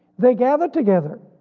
they gathered together.